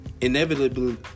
inevitably